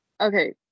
okay